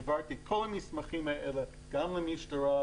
העברתי את כל המסמכים האלה גם למשטרה,